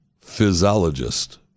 physiologist